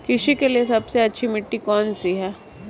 कृषि के लिए सबसे अच्छी मिट्टी कौन सी है?